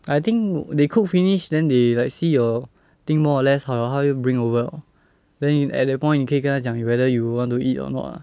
I think they cook finish then they like see your thing more or less 好了他就 bring over 了 then you at that point 你可以跟他讲 you whether you want to eat or not ah